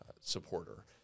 supporter